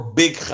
big